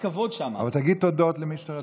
תגיד תודות למי שרצית.